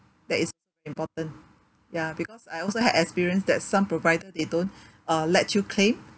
that is important ya because I also had experience that some provider they don't uh let you claim